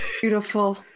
beautiful